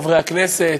חברי הכנסת,